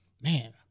man